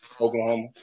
Oklahoma